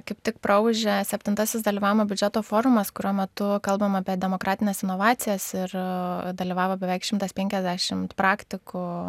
kaip tik praūžė septintasis dalyvavimo biudžeto forumas kurio metu kalbama apie demokratines inovacijas ir dalyvavo beveik šimtas penkiasdešimt praktikų